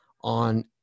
on